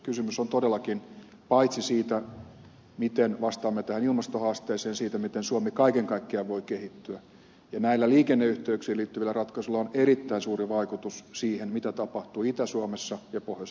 kysymys on todellakin paitsi siitä miten vastaamme tähän ilmastohaasteeseen myös siitä miten suomi kaiken kaikkiaan voi kehittyä ja näillä liikenneyhteyksiin liittyvillä ratkaisuilla on erittäin suuri vaikutus siihen mitä tapahtuu itä suomessa ja pohjoisessa suomessa